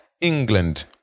England